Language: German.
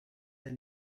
der